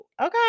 okay